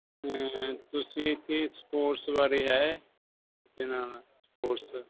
ਤੁਸੀਂ ਇੱਥੇ ਸਪੋਰਟਸ ਬਾਰੇ ਹੈ ਜਿਹੜਾ ਸਪੋਟਸ